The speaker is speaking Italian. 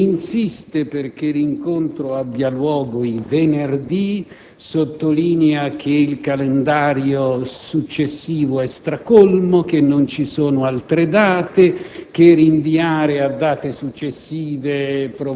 l'ipotesi del differimento e insiste perché l'incontro abbia luogo il venerdì, sottolineando che il calendario successivo è stracolmo, che non ci sono altre date